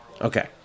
Okay